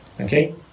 Okay